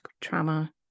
trauma